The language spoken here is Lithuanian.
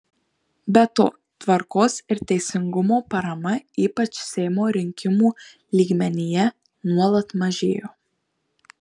be to tvarkos ir teisingumo parama ypač seimo rinkimų lygmenyje nuolat mažėjo